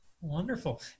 Wonderful